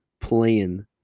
playing